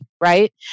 right